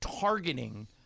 targeting